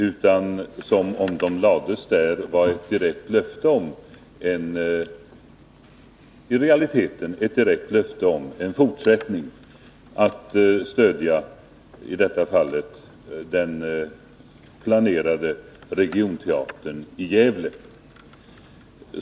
Om pergarna hade lagts där skulle det i realiteten ha varit ett direkt löfte om ett fortsatt stöd till den planerade regionteatern i Gävle.